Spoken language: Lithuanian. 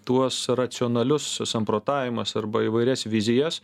tuos racionalius samprotavimas arba įvairias vizijas